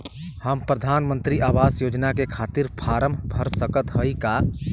हम प्रधान मंत्री आवास योजना के खातिर फारम भर सकत हयी का?